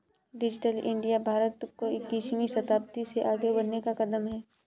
digital India Bharat को इक्कीसवें शताब्दी में आगे बढ़ने का कदम है